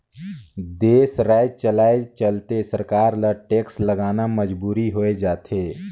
देस, राज चलाए चलते सरकार ल टेक्स लगाना मजबुरी होय जाथे